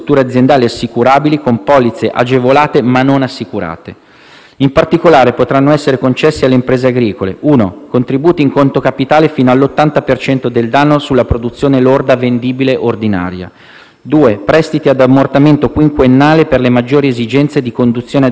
In particolare, potranno essere concessi alle imprese agricole: contributi in conto capitale fino all'80 per cento del danno sulla produzione lorda vendibile ordinaria; prestiti ad ammortamento quinquennale per le maggiori esigenze di conduzione aziendale nell'anno in cui si è verificato l'evento e in quello successivo;